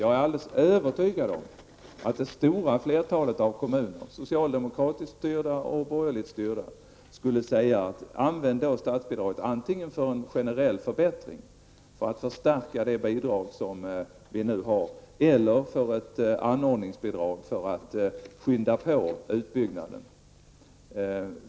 Jag är alldeles övertygad om att det stora flertalet kommuner, socialdemokratiskt styrda och borgerligt styrda, skulle säga att jag skulle använda statsbidraget antingen till en generell förbättring, för att förstärka det bidrag som vi nu har, eller till ett anordningsbidrag för att påskynda utbyggnaden.